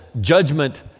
judgment